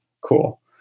cool